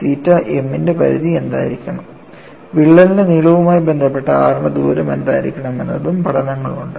തീറ്റ m ന്റെ പരിധി എന്തായിരിക്കണം വിള്ളലിന്റെ നീളവുമായി ബന്ധപ്പെട്ട് r ന്റെ ദൂരം എന്തായിരിക്കണം എന്നതും പഠനങ്ങളുണ്ട്